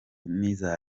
n’iza